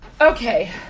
okay